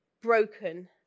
broken